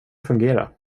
fungera